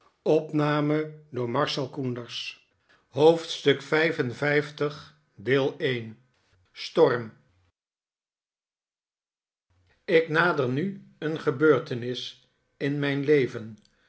ik nader nu een gebeurtenis in mijn leven